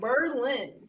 Berlin